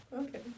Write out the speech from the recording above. Okay